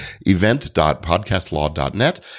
event.podcastlaw.net